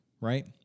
right